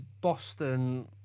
Boston